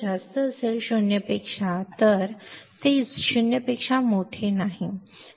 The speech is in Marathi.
त्या बाबतीत काय होईल आणि VDS 0 व्होल्ट एवढेच नाही तर ते 0 पेक्षा मोठे नाही 0